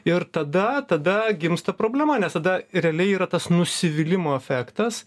ir tada tada gimsta problema nes tada realiai yra tas nusivylimo efektas